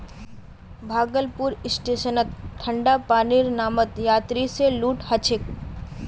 भागलपुर स्टेशनत ठंडा पानीर नामत यात्रि स लूट ह छेक